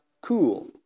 cool